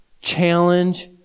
challenge